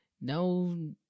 no